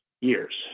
years